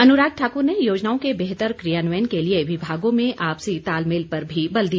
अनुराग ठाकुर ने योजनाओं के बेहतर कियान्वयन के लिए विभागों में आपसी तालमेल पर भी बल दिया